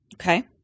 Okay